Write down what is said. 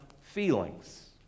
feelings